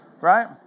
Right